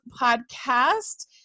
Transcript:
podcast